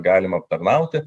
galima aptarnauti